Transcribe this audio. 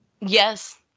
yes